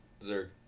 Zerg